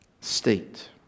state